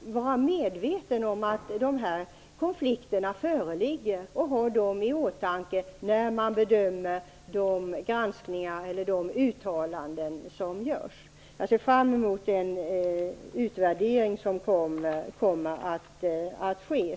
vara medveten om att dessa konflikter föreligger och ha dem i åtanke när man bedömer de granskningar och uttalanden som görs. Jag ser fram mot den utvärdering som kommer att ske.